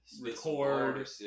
Record